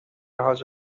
حاج